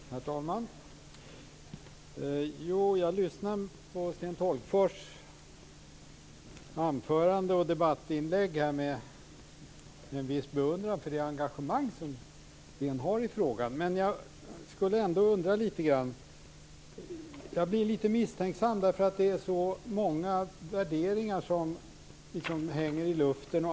Herr talman! Jag lyssnade på Sten Tolgfors anförande och debattinlägg med en viss beundran för det engagemang som Sten Tolgfors har i frågan. Men jag undrar ändå några saker. Jag blir lite misstänksam eftersom det är så många värderingar som hänger i luften.